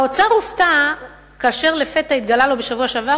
האוצר הופתע כאשר לפתע התגלה לו בשבוע שעבר